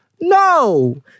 No